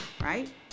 right